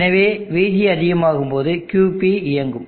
எனவே Vg அதிகமாகும்போது QP இயங்கும்